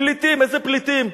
פליטים, איזה פליטים?